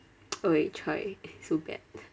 !oi! !choy! so bad